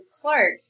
Clark